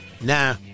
Nah